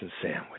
sandwich